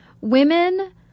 women